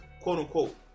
quote-unquote